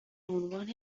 عنوان